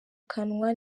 kanwa